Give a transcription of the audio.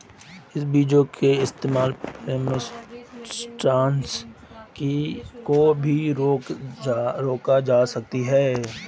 इन बीजो का इस्तेमाल पिग्मेंटेशन को भी रोका जा सकता है